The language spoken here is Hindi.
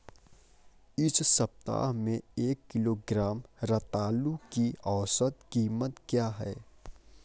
इस सप्ताह में एक किलोग्राम रतालू की औसत कीमत क्या है?